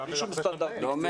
לא